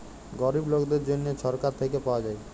গরিব লকদের জ্যনহে ছরকার থ্যাইকে পাউয়া যায়